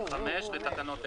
לתקנות אלה".